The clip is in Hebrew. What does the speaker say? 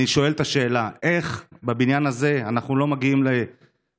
אני שואל את השאלה: איך בבניין הזה אנחנו לא מגיעים להסכמה,